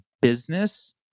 business